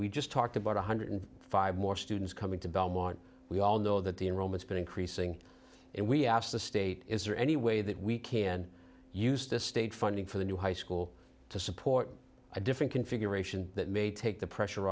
we just talked about one hundred five more students coming to belmont we all know that the enrollments been increasing and we asked the state is there any way that we can use this state funding for the new high school to support a different configuration that may take the pressure